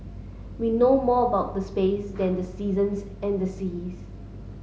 we know more about the space than the seasons and the seas